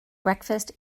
breakfast